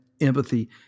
empathy